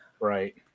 Right